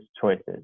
choices